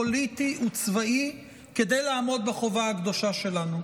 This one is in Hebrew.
פוליטי וצבאי כדי לעמוד בחובה הקדושה שלנו.